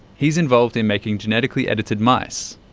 he's involved in making genetically edited mice.